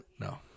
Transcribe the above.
No